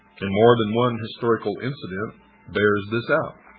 and more than one historical incident bears this out.